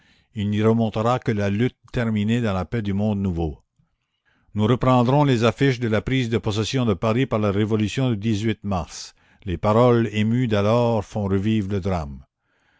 elle n'y remontera que la lutte terminée dans la paix du monde nouveau nous reprendrons les affiches de la prise de possession de paris par la révolution du mars les paroles émues d'alors font revivre le drame